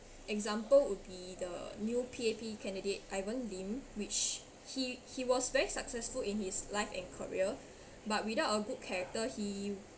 example would be the new P_A_P candidate ivan lim which he he was very successful in his life and career but without a good character he